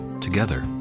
Together